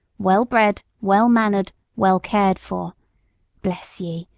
well-bred, well-mannered, well-cared-for bless ye!